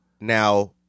Now